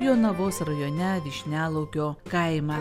jonavos rajone vyšnialaukio kaimą